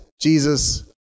Jesus